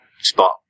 spot